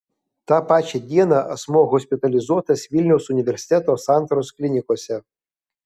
tą pačią dieną asmuo hospitalizuotas vilniaus universiteto santaros klinikose